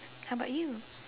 how about you